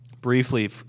briefly